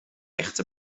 echte